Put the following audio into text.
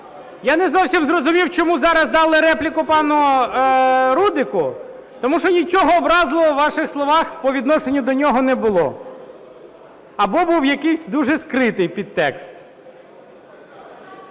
Я не зовсім зрозумів, чому зараз дали репліку пану Рудику, тому що нічого образливого у ваших словах по відношенню до нього не було, або був якийсь дуже скритий підтекст.